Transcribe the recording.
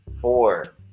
four